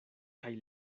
kaj